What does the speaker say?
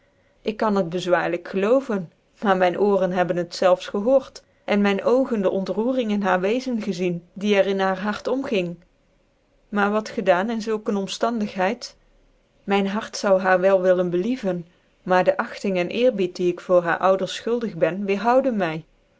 ik kan het bezwaarlijk gcloovcn maar myn ooren hebben het zelfs gehoort rn myn oogen dc ontroering in haar wezen gezien die er in haar hart omging maar wat gedaan in zulk een omaandighcid myn hart zou haar wel willen believen maar dc achting en eerbied die ik voor haar ouders fchtlldig ben weerhouden my